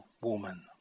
woman